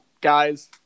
guys